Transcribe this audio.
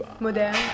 Moderne